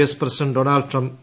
S president Donald Trump